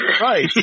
right